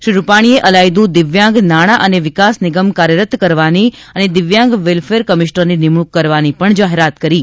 શ્રી રૂપાણીએ અલાયદુ દિવ્યાંગ નાણાં અને વિકાસ નિગમ કાર્યરત કરવાની અને દિવ્યાંગ વેલ્ફેર કમિશનરની નિમણૂંક કરવાની પણ જાહેરાત કરી હતી